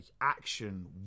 action